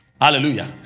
Hallelujah